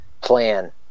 plan